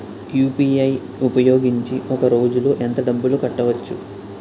UPI ఉపయోగించి ఒక రోజులో ఎంత డబ్బులు కట్టవచ్చు?